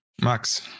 Max